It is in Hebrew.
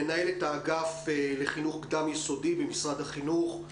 מנהלת האגף לחינוך קדם יסודי במשרד החינוך.